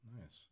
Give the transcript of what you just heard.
Nice